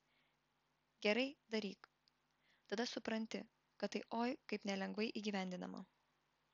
gerai daryk tada supranti kad tai oi kaip nelengvai įgyvendinama